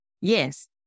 Yes